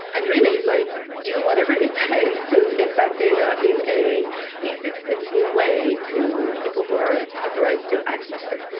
and really, like do whatever it takes to get that data in an easy to consume way to people who are authorized to access it.